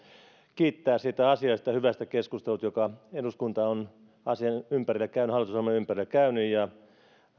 kiittää siitä asiallisesta ja hyvästä keskustelusta jonka eduskunta on hallitusohjelman ympärillä käynyt ja